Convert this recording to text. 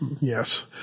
Yes